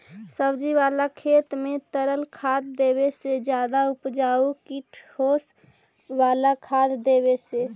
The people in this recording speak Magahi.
सब्जी बाला खेत में तरल खाद देवे से ज्यादा उपजतै कि ठोस वाला खाद देवे से?